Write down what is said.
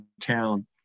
town